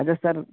اچھا سر